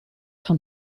van